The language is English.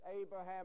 Abraham